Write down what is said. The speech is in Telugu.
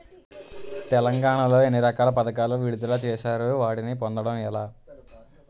తెలంగాణ లో ఎన్ని రకాల పథకాలను విడుదల చేశారు? వాటిని పొందడం ఎలా?